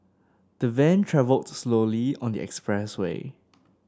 the van travelled slowly on the expressway